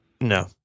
No